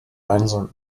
einsam